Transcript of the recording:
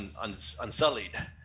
unsullied